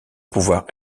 pouvoir